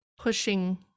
pushing